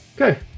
Okay